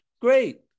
Great